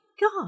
God